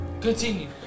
Continue